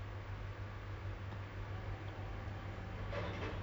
I told my parents ah then my parents macam cause my parents are in the